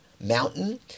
mountain